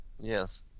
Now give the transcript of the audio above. Yes